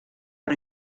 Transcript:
per